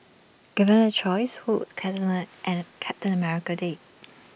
given A choice who captain America date